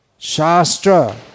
Shastra